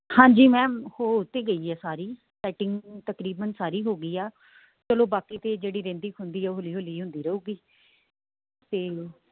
ਹਾਂਜੀ ਮੈਮ ਹੋ ਤਾਂ ਗਈ ਹੈ ਸਾਰੀ ਸੈਟਿੰਗ ਤਕਰੀਬਨ ਸਾਰੀ ਹੋ ਗਈ ਆ ਚਲੋ ਬਾਕੀ ਤਾਂ ਜਿਹੜੀ ਰਹਿੰਦੀ ਖੁੰਹਦੀ ਆ ਹੌਲੀ ਹੌਲੀ ਹੁੰਦੀ ਰਹੂੰਗੀ ਅਤੇ